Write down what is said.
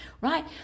right